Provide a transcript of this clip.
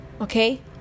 okay